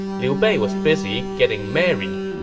liu bei was busy getting married.